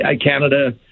Canada